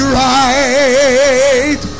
right